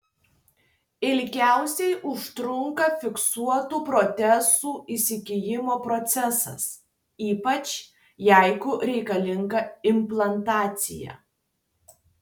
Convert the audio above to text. ilgiausiai užtrunka fiksuotų protezų įsigijimo procesas ypač jeigu reikalinga implantacija